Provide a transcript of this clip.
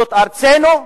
זו ארצנו,